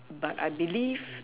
but I believe